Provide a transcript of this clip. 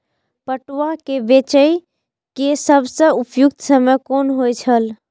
पटुआ केय बेचय केय सबसं उपयुक्त समय कोन होय छल?